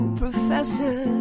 professor